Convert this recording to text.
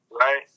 Right